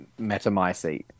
metamycete